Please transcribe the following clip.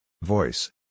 Voice